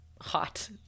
Hot